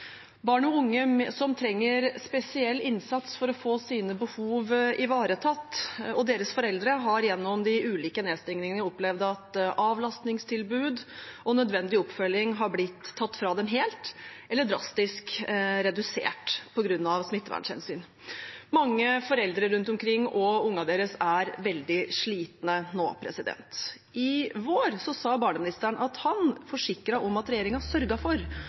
Barn og unge som trenger spesiell innsats for å få sine behov ivaretatt, og deres foreldre, har gjennom de ulike nedstengningene opplevd at avlastningstilbud og nødvendig oppfølging har blitt tatt fra dem helt eller er blitt drastisk redusert på grunn av smittevernhensyn. Mange foreldre rundt omkring og ungene deres er veldig slitne nå. I vår forsikret barneministeren om at regjeringen sørget for at